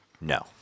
No